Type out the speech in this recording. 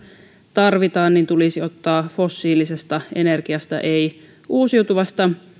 tarvitaan tulisi ottaa fossiilisesta energiasta ei uusiutuvasta